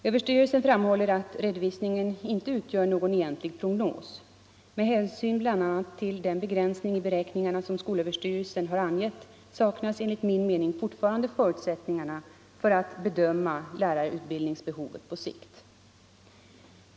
Överstyrelsen framhåller att redovisningen inte utgör någon egentlig prognos. Med hänsyn bl.a. till den begränsning i beräkningarna som skolöverstyrelsen har angett saknas enligt min mening fortfarande förutsättningar för att bedöma lärarutbildningsbehovet på sikt.